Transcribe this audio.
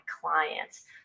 clients